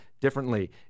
differently